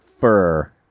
fur